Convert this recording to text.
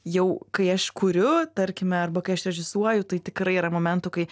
jau kai aš kuriu tarkime arba kai aš režisuoju tai tikrai yra momentų kai